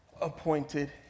appointed